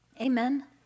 Amen